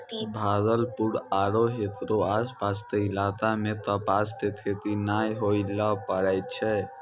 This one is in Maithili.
भागलपुर आरो हेकरो आसपास के इलाका मॅ कपास के खेती नाय होय ल पारै छै